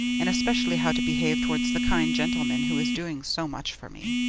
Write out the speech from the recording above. and especially how to behave towards the kind gentleman who is doing so much for me.